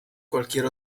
cualquier